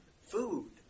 Food